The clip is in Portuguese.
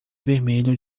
vermelho